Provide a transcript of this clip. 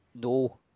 no